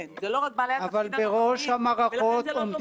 אלה בדיוק אותם כלים שבהם תמיד פעלו אל